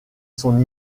son